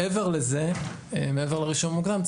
מעבר לרישום המוקדם,